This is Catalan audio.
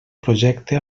projecte